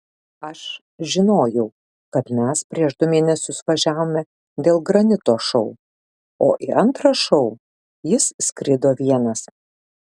aš žinojau kad mes prieš du mėnesius važiavome dėl granito šou o į antrą šou jis skrido vienas